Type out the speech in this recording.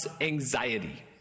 anxiety